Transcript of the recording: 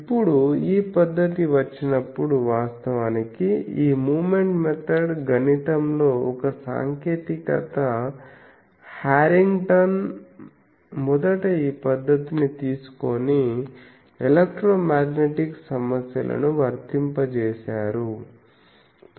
ఇప్పుడు ఈ పద్ధతి వచ్చినప్పుడు వాస్తవానికి ఈ మూమెంట్ మెథడ్ గణితంలో ఒక సాంకేతికత హారింగ్టన్ మొదట ఈ పద్ధతిని తీసుకొని ఎలక్ట్రో మ్యాగ్నెటిక్ సమస్యలకు వర్తింపజేశారు